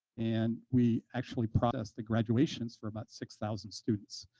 and we actually process the graduations for about six thousand students.